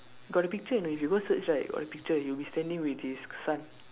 got the picture and if you go search right got the picture he will be standing with his son